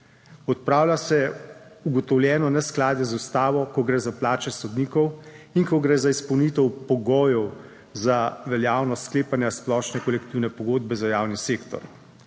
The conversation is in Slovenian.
Odpravlja se ugotovljeno neskladje z Ustavo, ko gre za plače sodnikov in ko gre za izpolnitev pogojev za veljavnost sklepanja splošne kolektivne pogodbe za javni sektor.